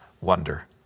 wonder